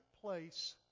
place